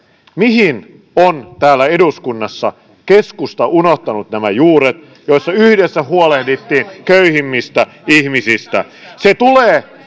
mihin on täällä eduskunnassa keskusta unohtanut nämä juuret joissa yhdessä huolehdittiin köyhimmistä ihmisistä se tulee